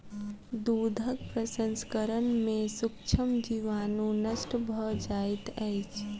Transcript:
दूधक प्रसंस्करण में सूक्ष्म जीवाणु नष्ट भ जाइत अछि